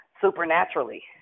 supernaturally